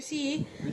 cameron